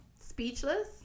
speechless